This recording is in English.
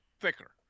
thicker